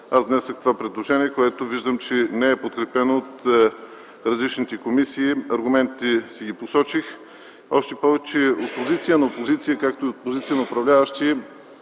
аз внесох това предложение, което виждам, че не е подкрепено от различните комисии. Аргументите си ги посочих. Още повече, от позиция на опозиция, както и от позиция на управляващи